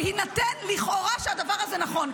בהינתן לכאורה שהדבר הזה נכון,